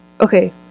okay